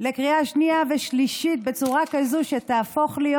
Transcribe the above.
לקריאה השנייה והשלישית בצורה כזאת שתהפוך להיות